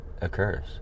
occurs